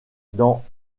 dans